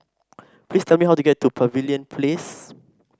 please tell me how to get to Pavilion Place